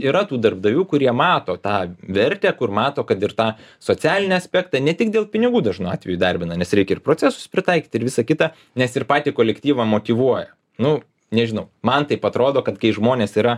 yra tų darbdavių kurie mato tą vertę kur mato kad ir tą socialinį aspektą ne tik dėl pinigų dažnu atveju įdarbina nes reikia ir procesus pritaikyti ir visa kita nes ir patį kolektyvą motyvuoja nu nežinau man taip atrodo kad kai žmonės yra